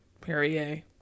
Perrier